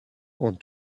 want